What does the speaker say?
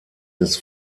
des